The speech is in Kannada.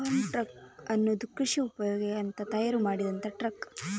ಫಾರ್ಮ್ ಟ್ರಕ್ ಅನ್ನುದು ಕೃಷಿ ಉಪಯೋಗಕ್ಕೆ ಅಂತ ತಯಾರು ಮಾಡಿದಂತ ಟ್ರಕ್